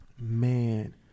Man